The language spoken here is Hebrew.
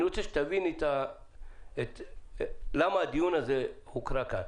אני רוצה שתביני למה הדיון הזה הוא כאן.